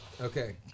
Okay